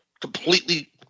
completely